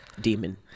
demon